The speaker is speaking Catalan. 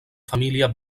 família